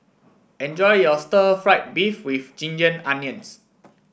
enjoy your Stir Fried Beef with Ginger Onions